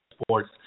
sports